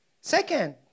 Second